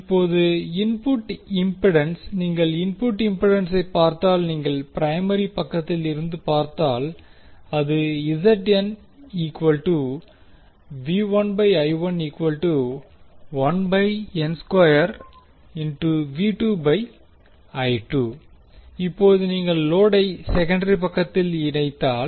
இப்போது input impedance நீங்கள் input இம்பிடன்சை பார்த்தால் நீங்கள் பிரைமரி பக்கத்தில் இருந்து பார்த்தால் அது இப்போது நீங்கள் லோடை செகண்டரி பக்கத்தில் இணைத்தால்